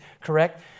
correct